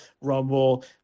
Rumble